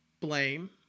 blame